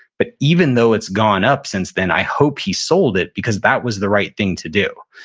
but even though it's gone up since then, i hope he sold it because that was the right thing to do.